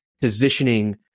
positioning